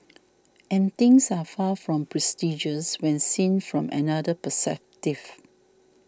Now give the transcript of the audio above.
and things are far from prestigious when seen from another perspective